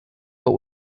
but